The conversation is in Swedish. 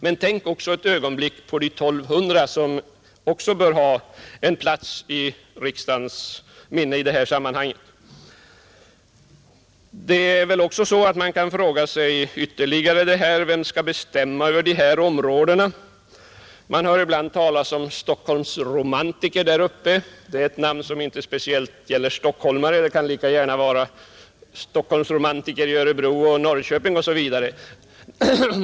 Men tänk ett ögonblick på de 1200 som också bör ha en plats i riksdagens minne i detta sammanhang! Man kan ytterligare fråga sig: Vem skall bestämma över dessa områden? Man hör ibland där uppe talas om Stockholmsromantiker. Det är ett namn som inte speciellt gäller stockholmare. Det kan finnas Stockholmsromantiker i Örebro och Norrköping osv.